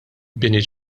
bini